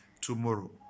tomorrow